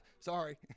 sorry